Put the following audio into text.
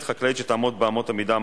זה לא סתם הצעות.